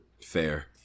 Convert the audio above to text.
Fair